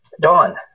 Dawn